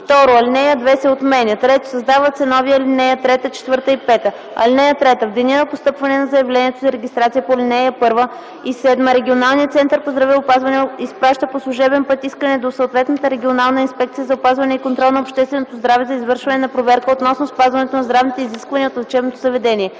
2. Алинея 2 се отменя. 3. Създават се нови ал. 3, 4 и 5: „(3) В деня на постъпване на заявлението за регистрация по ал. 1 и 7 регионалният център по здравеопазване изпраща по служебен път искане до съответната регионална инспекция за опазване и контрол на общественото здраве за извършване на проверка относно спазването на здравните изисквания от лечебното заведение.